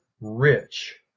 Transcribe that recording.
rich